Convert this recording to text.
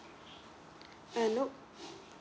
uh no